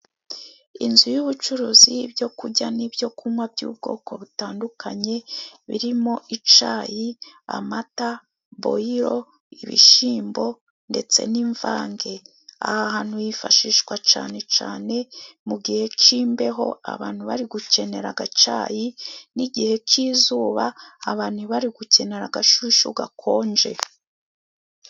Inzu y'ubucuruzi y'ibyo kurya n'ibyo kunywa by'ubwoko butandukanye birimo icyayi, amata, boyiro, ibishyimbo ndetse n'imvange. Aha hantu hifashishwa cyane cyane mu gihe cy'imbeho abantu bari gukenera agacyayi n'igihe cy'izuba abantu bari gukenera agashyushyu gakonje.